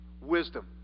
wisdom